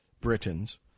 Britons